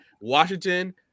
Washington